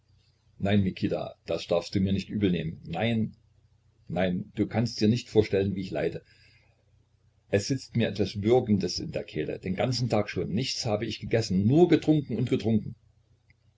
nein mikita das darfst du mir nicht übel nehmen nein nein du kannst dir nicht vorstellen wie ich leide es sitzt mir etwas würgendes in der kehle den ganzen tag schon nichts hab ich gegessen nur getrunken und getrunken